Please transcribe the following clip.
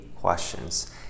questions